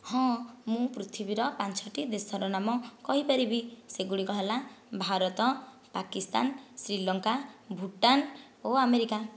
ହଁ ମୁଁ ପୃଥିବୀର ପାଞ୍ଚଟି ଦେଶର ନାମ କହିପାରିବି ସେଗୁଡ଼ିକ ହେଲା ଭାରତ ପାକିସ୍ତାନ ଶ୍ରୀଲଙ୍କା ଭୁଟାନ ଓ ଆମେରିକା